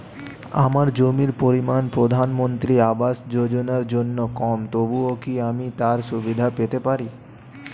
আমার জমির পরিমাণ প্রধানমন্ত্রী আবাস যোজনার জন্য কম তবুও কি আমি তার সুবিধা পেতে পারি?